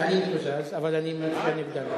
אני מקוזז, אבל אני מצביע נגדם.